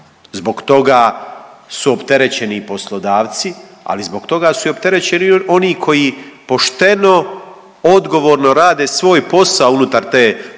Zbog toga su opterećeni i poslodavci, ali zbog toga su opterećeni i oni koji pošteno odgovorno rade svoj posao unutar te državne